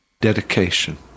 Dedication